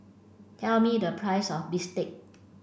tell me the price of bistake